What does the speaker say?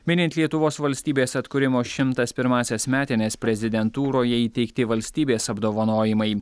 minint lietuvos valstybės atkūrimo šimtas pirmąsias metines prezidentūroje įteikti valstybės apdovanojimai